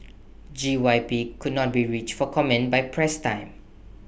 G Y P could not be reached for comment by press time